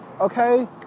okay